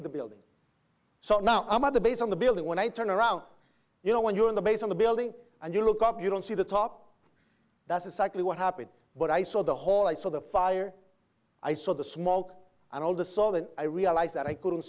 the building so now i'm at the base of the building when i turn around you know when you're in the base of the building and you look up you don't see the top that's exactly what happened but i saw the whole i saw the fire i saw the smoke and all the saw then i realized that i couldn't